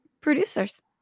producers